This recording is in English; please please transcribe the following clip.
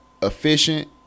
Efficient